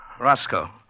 Roscoe